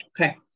Okay